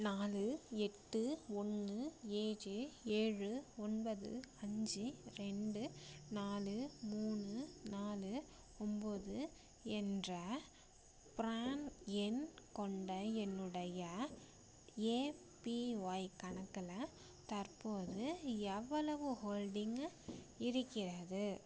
நாலு எட்டு ஒன்று ஏழு ஏழு ஒன்பது அஞ்சு ரெண்டு நாலு மூணு நாலு ஒம்பது என்ற ப்ரான் எண் கொண்ட என்னுடைய ஏபிஒய் கணக்கில் தற்போது எவ்வளவு ஹோல்டிங்கு இருக்கிறது